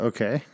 Okay